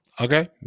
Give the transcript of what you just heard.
Okay